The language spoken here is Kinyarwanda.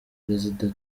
perezida